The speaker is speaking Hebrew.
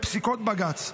בפסיקות בג"ץ,